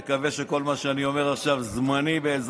היה לכם שר החוץ וראש ממשלה חליפי שהחזיק שני משרדים,